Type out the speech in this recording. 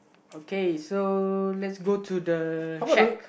okay so let's go to the halt